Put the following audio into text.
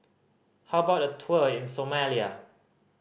how about a tour in Somalia